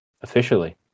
officially